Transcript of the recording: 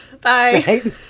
Bye